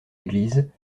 églises